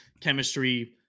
chemistry